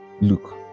Look